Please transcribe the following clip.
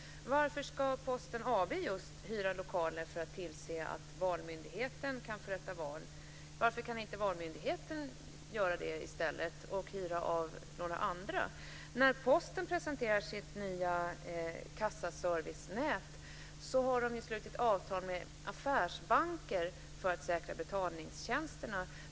Varför ska just Posten AB hyra lokaler för att tillse att man kan förrätta val? Varför kan inte Valmyndigheten i stället hyra lokaler av någon annan? När Posten presenterade sitt nya kassaservicenät hade de slutit avtal med affärsbanker för att säkra betalningstjänsterna.